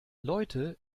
leute